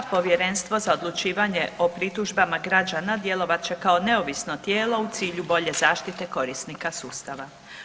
Povjerenstvo za odlučivanje o pritužbama građana djelovat će kao neovisno tijelo u cilju bolje zaštite korisnika sustava.